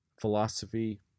Philosophy